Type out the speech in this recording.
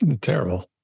terrible